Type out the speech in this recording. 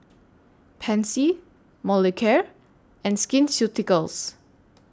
Pansy Molicare and Skin Ceuticals